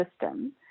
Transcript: system